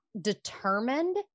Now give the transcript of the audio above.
determined